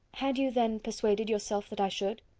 had you then persuaded yourself that i should?